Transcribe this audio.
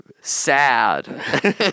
Sad